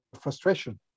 frustration